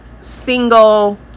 single